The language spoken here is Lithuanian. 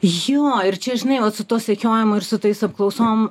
jo ir čia žinai vat su tuo sekiojimu ir su tais apklausom